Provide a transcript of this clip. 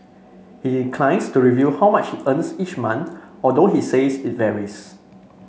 he declines to reveal how much earns each month although he says it varies